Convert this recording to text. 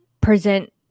present